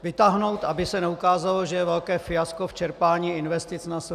Vytáhnout, aby se neukázalo, že je velké fiasko v čerpání investic na SFDI.